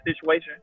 situation